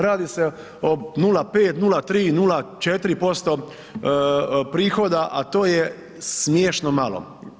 Radi se o 0,5, 0,3, 0,4% prohoda a to je smiješno malo.